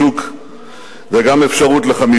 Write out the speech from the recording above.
הכנסת מתחרה רביעי בשוק וגם אפשרות לחמישי,